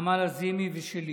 נעמה לזימי ושלי,